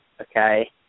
Okay